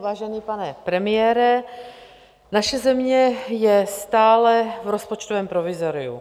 Vážený pane premiére, naše země je stále v rozpočtovém provizoriu.